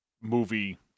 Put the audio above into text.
movie